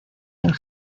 del